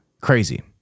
crazy